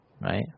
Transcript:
right